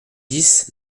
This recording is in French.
dix